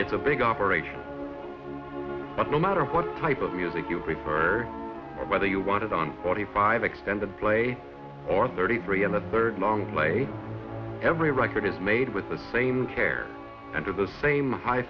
it's a big op but no matter what type of music you prepare or whether you want it on forty five extended play or thirty three and the third long lay every record is made with the same care and or the same high